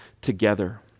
together